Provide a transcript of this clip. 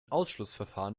ausschlussverfahren